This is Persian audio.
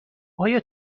آیا